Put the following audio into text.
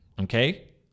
okay